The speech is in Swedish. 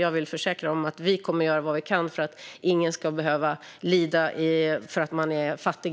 Jag vill försäkra att vi kommer att göra vad vi kan för att ingen i den här krisen ska behöva lida för att man är fattig.